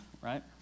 right